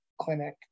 clinic